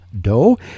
dough